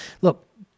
look